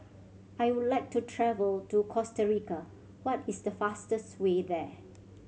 I would like to travel to Costa Rica what is the fastest way there